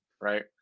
right